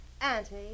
Auntie